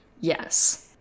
yes